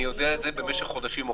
אני יודע את זה חודשים ארוכים.